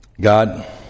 God